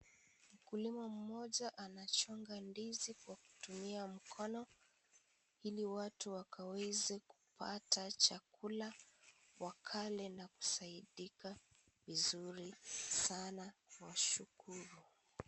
Mkulima mmoja anachonga ndizi kwa kutumia mkono ili watu wakaweze kupata chakula wakale na kusaidika vizuri sana kuwashukuru.